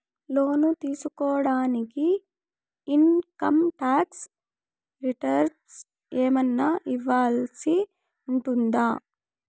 లోను తీసుకోడానికి income tax returns ఏమన్నా ఇవ్వాల్సి ఉంటుందా